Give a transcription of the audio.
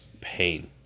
pain